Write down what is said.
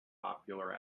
popular